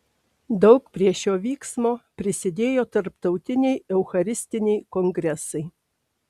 daug prie šio vyksmo prisidėjo tarptautiniai eucharistiniai kongresai